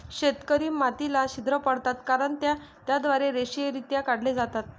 शेतकरी मातीला छिद्र पाडतात कारण ते त्याद्वारे रेषीयरित्या काढले जातात